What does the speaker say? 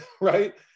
right